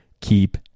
keep